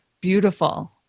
beautiful